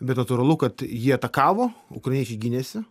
bet natūralu kad jie atakavo ukrainiečiai gynėsi